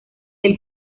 del